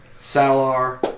Salar